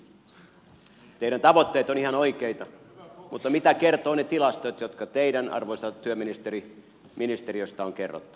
teidän tavoitteenne ovat ihan oikeita mutta mitä kertovat ne tilastot jotka teidän arvoisa työministeri ministeriöstänne on kerrottu